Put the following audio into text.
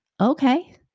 okay